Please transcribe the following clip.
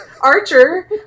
archer